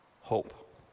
hope